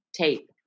tape